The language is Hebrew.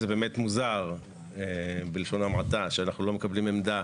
זה באמת מוזר בלשון המעטה שאנחנו לא מקבלים עמדה